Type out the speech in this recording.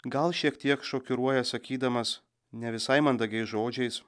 gal šiek tiek šokiruoja sakydamas ne visai mandagiais žodžiais